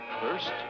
First